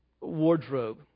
wardrobe